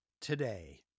today